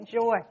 joy